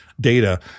data